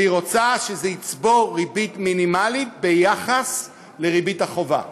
והיא רוצה שזה יצבור ריבית מינימלית ביחס לריבית החובה.